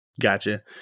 Gotcha